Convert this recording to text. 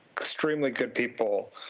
extremely good people,